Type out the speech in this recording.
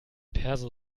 perso